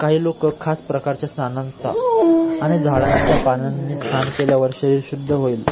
काही लोक खास प्रकारच्या स्नानांचा आणि झाडांच्या पानांनी स्नान केल्यावर शरीर शुद्ध होईल